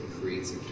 creates